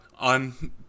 on